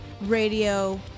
radio